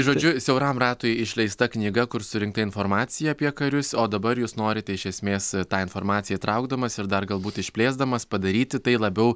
žodžiu siauram ratui išleista knyga kur surinkta informacija apie karius o dabar jūs norite iš esmės tą informaciją traukdamas ir dar galbūt išplėsdamas padaryti tai labiau